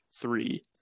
three